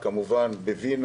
כמובן לוועדה בווינה